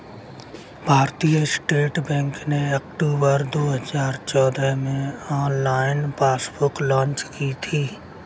भारतीय state bank ने अक्टूबर दो हजार चौदह में ऑनलाइन पासबुक लॉन्च की थी